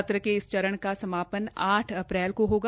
सत्र के दौरान इस चरण का समापना आठ अप्रैल को होगा